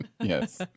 Yes